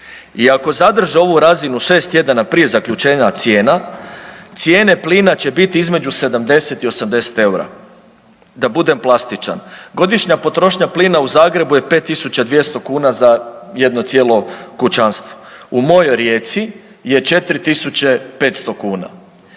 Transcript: i ako zadrže ovu razinu 6 tjedana prije zaključenja cijena, cijene plina će biti između 70 i 80 eura. Da budem plastičan, godišnja potrošnja plina u Zagrebu je 52000 kuna za jedno cijelo kućanstvo. U mojoj Rijeci je 4500 kuna.